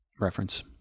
reference